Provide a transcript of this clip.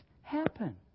happen